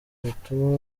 bituma